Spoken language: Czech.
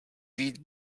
žít